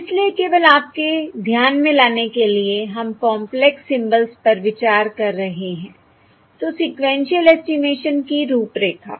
इसलिए केवल आपके ध्यान में लाने के लिए हम कॉंपलेक्स सिम्बल्स पर विचार कर रहे हैं तो सीक्वेन्शिअल एस्टिमेशन की रूपरेखा